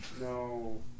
No